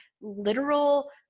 literal